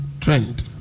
trend